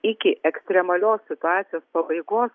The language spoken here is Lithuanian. iki ekstremalios situacijos pabaigos